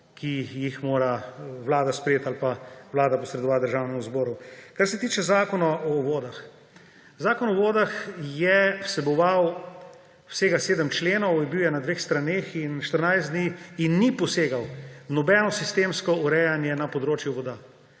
ki jih mora Vlada sprejeti ali pa Vlada posredovati Državnemu zboru. Kar se tiče Zakona o vodah. Zakon o vodah je vseboval vsega 7 členov, bil je na dveh straneh in ni posegal v nobeno sistemsko urejanje na področju voda.